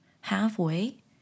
halfway